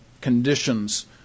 conditions